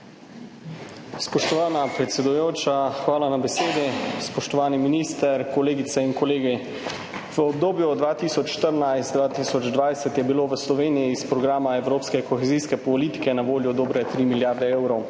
Spoštovana predsedujoča, hvala za besedo. Spoštovani minister, kolegice in kolegi! V obdobju od 2014 do 2020 je bilo v Sloveniji iz programa evropske kohezijske politike na voljo dobre 3 milijarde evrov,